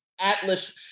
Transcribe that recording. Atlas